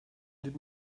did